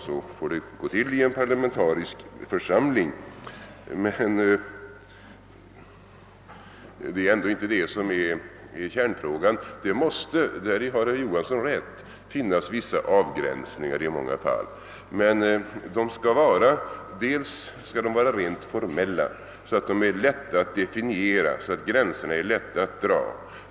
Så får det gå till i en parlamentarisk församling, men detta är ändå inte kärnfrågan. Det måste i många fall, och däri har herr Johansson rätt, finnas vissa avgränsningar. De skall emellertid vara rent formella så att de är lätta att definiera och så att gränserna lätt kan dras.